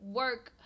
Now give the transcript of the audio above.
work